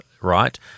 right